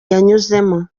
yanyuzemo